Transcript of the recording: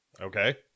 Okay